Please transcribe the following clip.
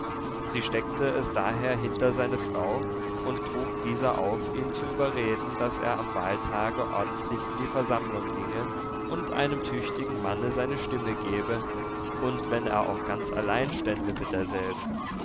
sie steckte es daher hinter seine frau und trug dieser auf ihn zu überreden daß er am wahltage ordentlich in die versammlung ginge und einem tüchtigen manne seine stimme gebe und wenn er auch ganz allein stände mit derselben